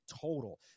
total